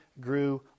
grew